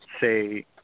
say